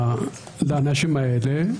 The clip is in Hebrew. לאנשים האלה,